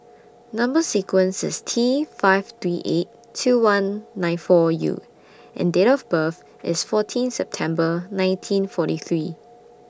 Number sequence IS T five three eight two one nine four U and Date of birth IS fourteen September nineteen forty three